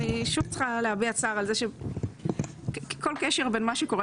אני שוב צריכה להביע צער על זה שכל קשר בין מה שקורה